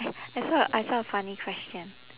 I saw a I saw a funny question